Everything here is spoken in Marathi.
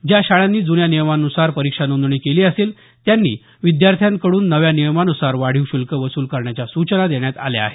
ज्या शाळांनी जुन्या नियमानुसार परीक्षा नोंदणी केली असेल त्यांनी विद्यार्थ्यांकडून नव्या नियमान्सार वाढीव शुल्क वसूल करण्याच्या सूचना देण्यात आल्या आहेत